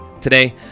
Today